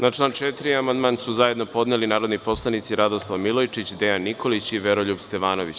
Na član 4. amandmane su zajedno podneli narodni poslanici Radoslav Milojičić, Dejan Nikolić i Veroljub Stevanović.